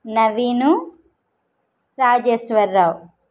Naveen Rajeshwar Rao